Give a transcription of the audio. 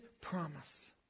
promise